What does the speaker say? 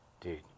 Dude